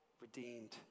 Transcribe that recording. redeemed